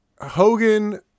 Hogan